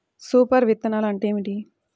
Super విత్తనాలు అంటే ఏమిటి?